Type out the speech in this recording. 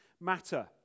matter